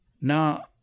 Now